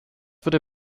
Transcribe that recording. wurde